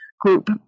group